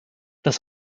das